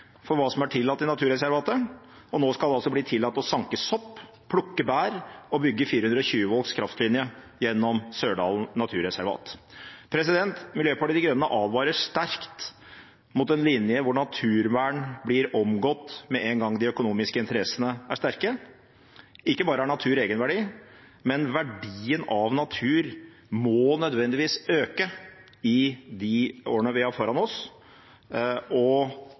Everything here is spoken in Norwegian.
for hva som er tillatt i naturreservatet, og nå skal det altså bli tillatt å sanke sopp, plukke bær og bygge en 420 kilovolts kraftlinje gjennom Sørdalen naturreservat. Miljøpartiet De Grønne advarer sterkt mot en linje hvor naturvern blir omgått med én gang de økonomiske interessene er sterke. Ikke bare har natur egenverdi, verdien av natur må nødvendigvis øke i de årene vi har foran oss, og